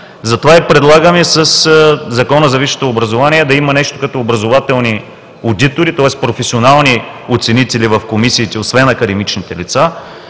Затова предлагаме със Закона за висшето образование да има нещо като образователни одитори, тоест професионални оценители в комисиите, освен академичните лица,